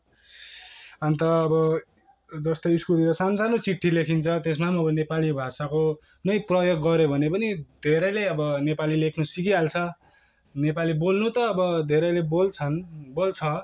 अन्त अब जस्तो स्कुलमा सानो सानो चिठ्ठी लेखिन्छ त्यसमा पनि अब नेपाली भाषा को नै प्रयोग गर्यो भने पनि धेरैले अब नेपाली लेख्नु सिकिहाल्छ नेपाली बोल्नु त अब धेरैले बोल्छन् बोल्छ